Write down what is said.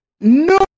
No